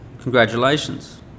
congratulations